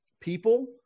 people